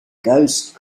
ghost